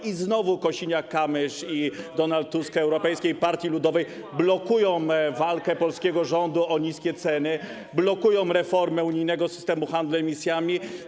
I znowu Kosiniak-Kamysz i Donald Tusk z Europejskiej Partii Ludowej blokują walkę polskiego rządu o niskie ceny, blokują reformy unijnego systemu handlu emisjami.